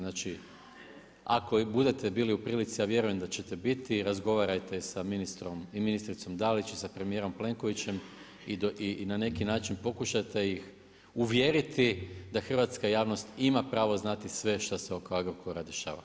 Znači, ako budete bili u prilici, a vjerujem da ćete biti, razgovarajte da ministrom i ministricom Dalić i sa premijerom Plenkovićem i na neki način pokušate ih uvjeriti da hrvatska javnost ima pravo znati sve što se oko Agrokora dešava.